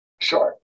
Sure